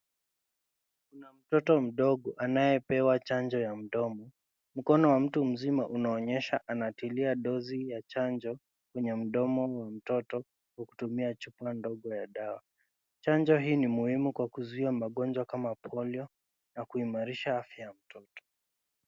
Kuna mtoto mdogo anaepewa chanjo ya mdomo, mkono wa mtu mzima unaonyesha anatilia dosi ya chanjo kwenye mdomo wa mtoto kutumia chupa ndogo ya dawa. Chanjo hii ni muhimu kwa kusuia magonjwa kama polio na kuimarisha afya.